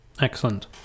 Excellent